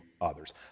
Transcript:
others